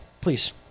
please